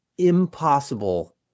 impossible